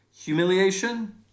humiliation